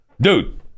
dude